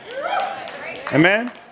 Amen